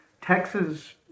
Texas